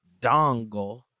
dongle